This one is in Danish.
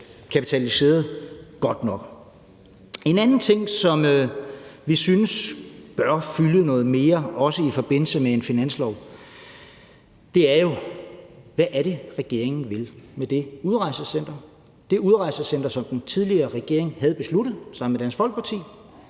kapitaliseret godt nok. Kl. 10:51 En anden ting, som vi synes bør fylde noget mere, også i forbindelse med finansloven, er, hvad det er, regeringen vil med det udrejsecenter – det udrejsecenter, som den tidligere regering havde besluttet sammen med Dansk Folkeparti,